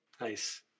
Nice